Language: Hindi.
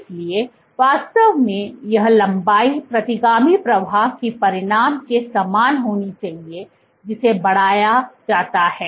इसलिए वास्तव में यह लंबाई प्रतिगामी प्रवाह की परिमाण के समान होनी चाहिए जिसे बढ़ाया जाता है